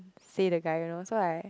say the guy lor so I